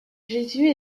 jésus